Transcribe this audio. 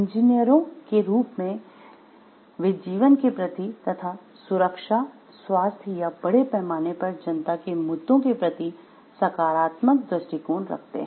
इंजीनियरों के रूप में वे जीवन के प्रति तथा सुरक्षा स्वास्थ्य या बड़े पैमाने पर जनता के मुद्दों के प्रति सकारात्मक दृष्टिकोण रखते हैं